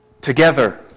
together